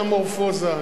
עבר מטמורפוזה.